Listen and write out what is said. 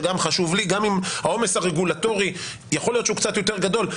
שגם חשוב לי גם אם העומס הרגולטורי יכול להיות שהוא קצת יותר גדול,